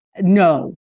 no